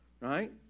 right